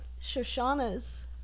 Shoshana's